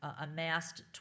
amassed